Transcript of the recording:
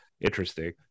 interesting